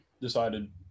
decided